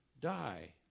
die